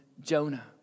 Jonah